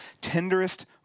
tenderest